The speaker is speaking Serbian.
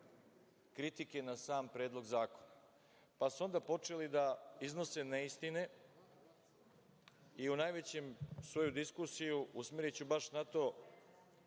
kritike na sam Predlog zakona, pa su onda počeli da iznose neistine i u najvećem, svoju diskusiju usmeriću baš na to